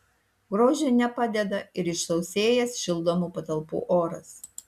grožiui nepadeda ir išsausėjęs šildomų patalpų oras